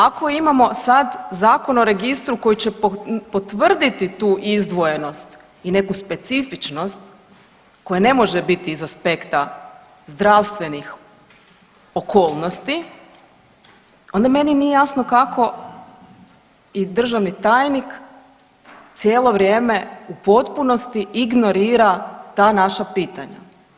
Ako imamo sad Zakon o registru koji će potvrditi tu izdvojenost i neku specifičnost koja ne može biti iz aspekta zdravstvenih okolnosti onda meni nije jasno kako i državni tajnik cijelo vrijeme u potpunosti ignorira ta naša pitanja.